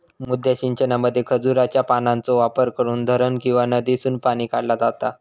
मुद्दा सिंचनामध्ये खजुराच्या पानांचो वापर करून धरण किंवा नदीसून पाणी काढला जाता